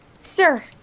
Sir